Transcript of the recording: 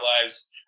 lives